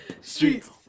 Streets